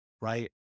right